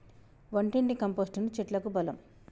వంటింటి కంపోస్టును చెట్లకు బలం